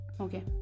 okay